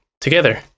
together